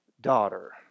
daughter